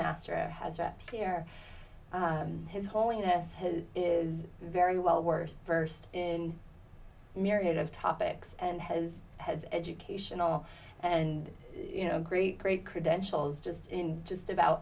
master has that here his holiness is very well worth versed in myriad of topics and has had educational and you know great great credentials just in just about